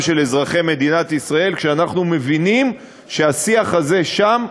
של אזרחי מדינת ישראל כשאנחנו מבינים שהשיח הזה שם,